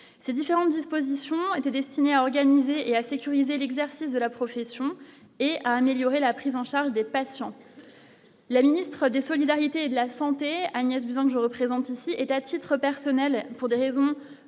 ces différentes dispositions étaient destinées à organiser et à sécuriser l'exercice de la profession et à améliorer la prise en charge des patients, la ministre des solidarités et de la Santé, Agnès Buzyn, je représente ici est à titre personnel, pour des raisons